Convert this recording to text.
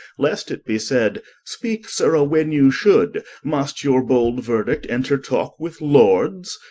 least it be said, speake sirrha when you should must your bold verdict enter talke with lords?